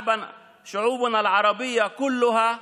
עמינו הערביים כולם היו,